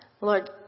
Lord